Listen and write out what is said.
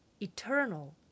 eternal